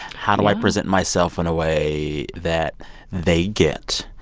how do i present myself in a way that they get,